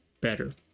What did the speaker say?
better